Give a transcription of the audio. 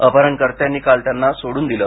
अपहरणकर्त्यांनी काल त्यांना सोडून दिलं